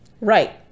Right